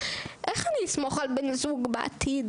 איך אני אסמוך על בן זוג בעתיד?